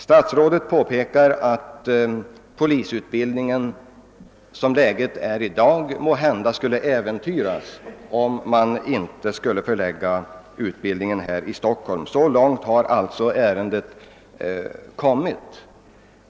Statsrådet påpekar att polisutbildningen, som läget är i dag, måhända skulle äventyras, om man inte förlade utbildningen till Stockholm. Så långt har alltså ärendet kommit!